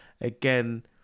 again